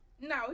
no